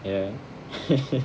ya